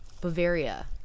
Bavaria